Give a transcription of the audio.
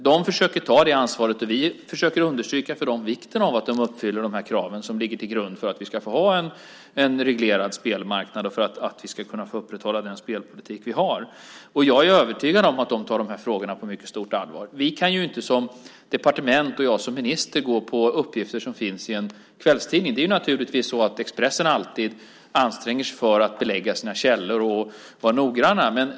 De försöker ta det ansvaret, och vi försöker understryka för dem vikten av att de uppfyller de krav som ligger till grund för att vi ska få ha en reglerad spelmarknad och upprätthålla den spelpolitik vi har. Jag är övertygad om att de tar de här frågorna på mycket stort allvar. Vi som departement och jag som minister kan inte lita till uppgifter som finns i en kvällstidning. Det är naturligtvis så att Expressen alltid anstränger sig att belägga sina källor och vara noggrann.